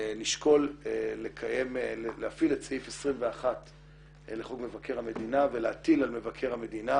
לשקול להפעיל את סעיף 21 לחוק מבקר המדינה ולהטיל על מבקר המדינה